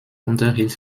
unterhielt